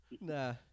Nah